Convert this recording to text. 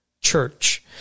church